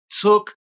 took